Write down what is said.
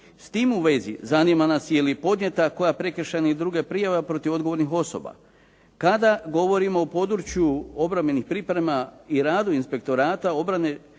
S tim u vezi zanima nas je li podnijeta koja prekršajna i druga prijava protiv odgovornih osoba. Kada govorimo o području obrambenih priprema i radu Inspektorata obrane